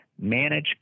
manage